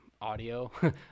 audio